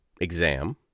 Exam